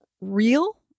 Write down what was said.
real